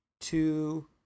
two